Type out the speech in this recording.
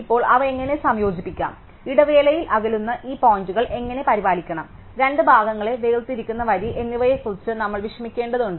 ഇപ്പോൾ അവ എങ്ങനെ സംയോജിപ്പിക്കാം ഇടവേളയിൽ അകലുന്ന ഈ പോയിന്റുകൾ എങ്ങനെ പരിപാലിക്കണം രണ്ട് ഭാഗങ്ങളെ വേർതിരിക്കുന്ന വരി എന്നിവയെക്കുറിച്ച് നമ്മൾ വിഷമിക്കേണ്ടതുണ്ട്